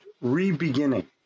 re-beginning